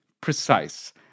precise